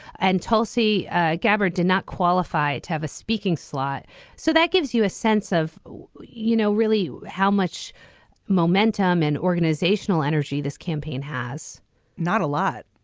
and tulsi ah gabbard did not qualify to have a speaking slot so that gives you a sense of you know really how much momentum and organizational energy this campaign has not a lot.